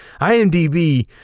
IMDb